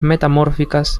metamórficas